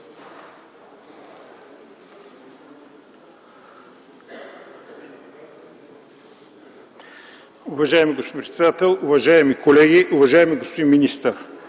Уважаеми господин председател, уважаеми колеги! Уважаеми господин министър,